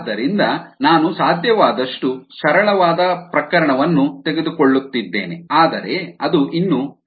ಆದ್ದರಿಂದ ನಾನು ಸಾಧ್ಯವಾದಷ್ಟು ಸರಳವಾದ ಪ್ರಕರಣವನ್ನು ತೆಗೆದುಕೊಳ್ಳುತ್ತಿದ್ದೇನೆ ಆದರೆ ಅದು ಇನ್ನೂ ಪ್ರತಿನಿಧಿಸುತ್ತದೆ